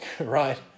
right